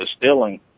distilling